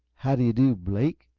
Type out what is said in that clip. how do you do, blake?